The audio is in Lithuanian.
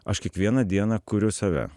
aš kiekvieną dieną kuriu save